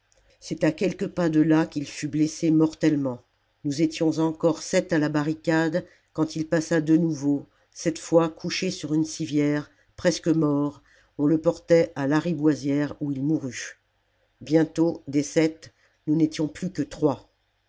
c'est à quelques pas de là qu'il fut blessé mortellement nous étions encore sept à la barricade quand il passa de nouveau cette fois couché sur une civière presque mort on le portait à lariboisière où il mourut bientôt des sept nous n'étions plus que trois